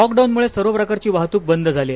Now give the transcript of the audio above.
लॉकडाऊनमुळे सर्व प्रकारची वाहतूक बंद झाली आहे